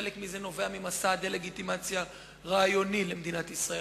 חלק מזה נובע ממסע הדה-לגיטימציה הרעיוני למדינת ישראל,